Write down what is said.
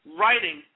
writing